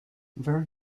very